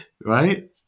right